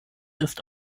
ist